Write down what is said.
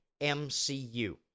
MCU